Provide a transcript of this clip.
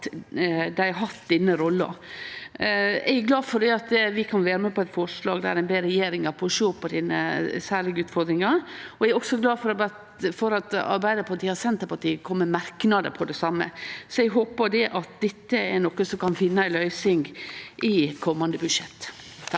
at dei har hatt denne rolla. Eg er glad for at vi kan vere med på eit forslag der ein ber regjeringa sjå på denne særlege utfordringa, og eg er også glad for at Arbeidarpartiet og Senterpartiet kom med merknader om det same. Eg håpar at dette er noko som kan finne ei løysing i komande budsjett.